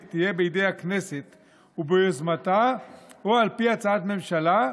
בידי הכנסת וביוזמתה או על פי הצעת הממשלה,